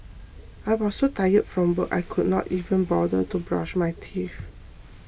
I was so tired from work I could not even bother to brush my teeth